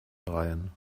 dreien